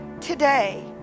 today